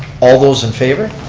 all those in favor?